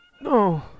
No